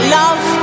love